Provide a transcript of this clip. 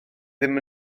ddim